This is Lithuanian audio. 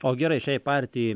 o gerai šiai partijai